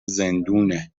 زندونه